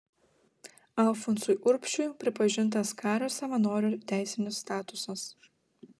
alfonsui urbšiui pripažintas kario savanorio teisinis statusas